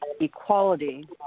equality